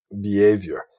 behavior